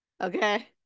okay